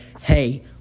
hey